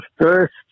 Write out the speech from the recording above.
first